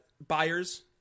Buyers